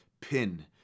pin